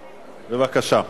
בבקשה.